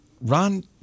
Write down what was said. Ron